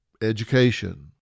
education